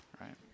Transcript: right